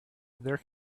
their